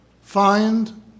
find